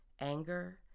Anger